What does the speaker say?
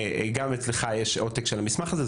גם אצלך יש עותק של המסמך הזה.